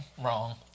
wrong